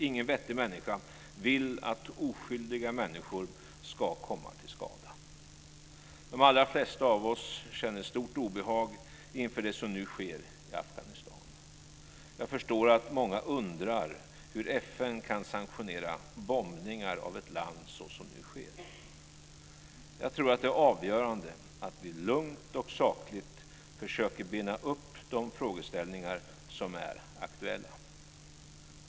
Ingen vettig människa vill att oskyldiga personer ska komma till skada. De allra flesta av oss känner stort obehag inför det som nu sker i Afghanistan. Jag förstår att många undrar hur FN kan sanktionera bombningar av ett land såsom nu sker. Jag tror att det är avgörande att vi lugnt och sakligt försöker bena upp de frågeställningar som är aktuella.